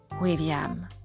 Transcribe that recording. William